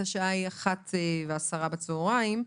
השעה היא 13:10 בצוהריים.